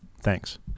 thanks